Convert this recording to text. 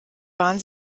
war